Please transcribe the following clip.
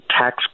tax